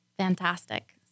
fantastic